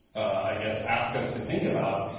i guess, ask us to think about,